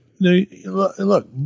Look